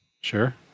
Sure